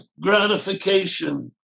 gratification